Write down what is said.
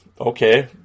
okay